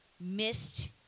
missed